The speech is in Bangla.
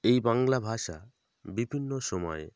এই বাংলা ভাষা বিভিন্ন সময়ে